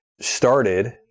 started